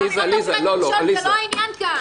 --- זה לא העניין כאן.